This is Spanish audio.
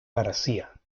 garcía